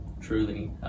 truly